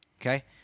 Okay